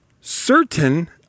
Certain